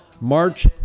March